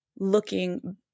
looking